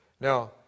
Now